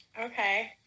Okay